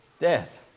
death